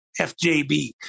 FJB